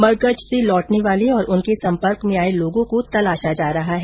मरकज से लौटने वाले और उनके सम्पर्क में आये लोगों को तलाशा जा रहा है